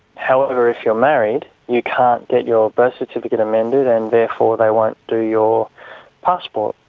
however, if you're married you can't get your birth certificate amended and therefore they won't do your passport.